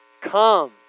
come